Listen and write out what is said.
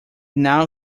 now